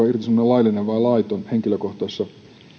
irtisanominen laillinen vai laiton henkilökohtaisissa